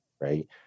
Right